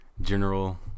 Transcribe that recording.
general